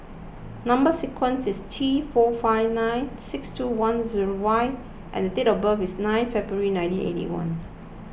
Number Sequence is T four five nine six two one zero Y and date of birth is nine February nineteen eighty one